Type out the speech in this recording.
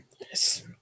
yes